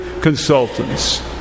consultants